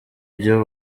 byo